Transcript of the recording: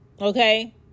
Okay